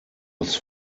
was